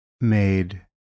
made